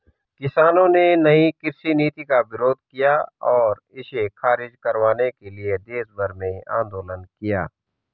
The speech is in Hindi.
किसानों ने नयी कृषि नीति का विरोध किया और इसे ख़ारिज करवाने के लिए देशभर में आन्दोलन किया